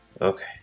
okay